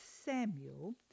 Samuel